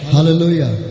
Hallelujah